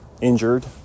injured